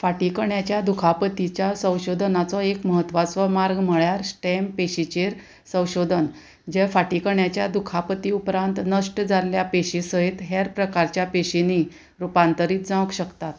फाटी कण्याच्या दुखापतीच्या संशोधनाचो एक म्हत्वाचो मार्ग म्हळ्यार स्टॅम्प पेशेचेर संशोधन जे फाटी कण्याच्या दुखापती उपरांत नश्ट जाल्ल्या पेशे सयत हेर प्रकारच्या पेशेनी रुपांतरीत जावंक शकतात